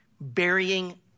Burying